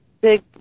big